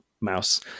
mouse